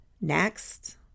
Next